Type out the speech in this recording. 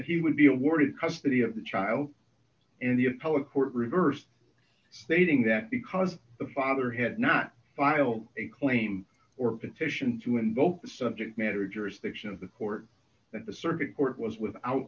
that he would be awarded custody of the child and the appellate court reversed stating that because the father had not filed a claim or petition to invoke the subject matter jurisdiction of the court that the circuit court was without